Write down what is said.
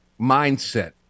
mindset